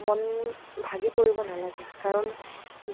মন ভাগি পৰিব নালাগে কাৰণ